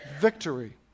victory